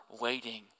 waiting